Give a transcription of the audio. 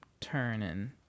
turning